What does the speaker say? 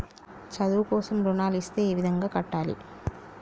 చదువు కోసం రుణాలు ఇస్తే ఏ విధంగా కట్టాలి?